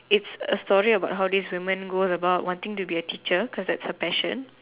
it's a story of about how this woman goes about wanting to be a teacher cause that's her passion